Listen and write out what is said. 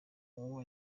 uwo